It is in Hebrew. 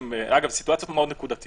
אגב, אלו סיטואציות מאוד נקודתיות.